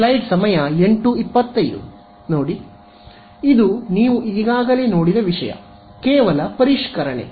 ಇದು ನೀವು ಈಗಾಗಲೇ ನೋಡಿದ ವಿಷಯ ಕೇವಲ ಪರಿಷ್ಕರಣೆ